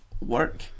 work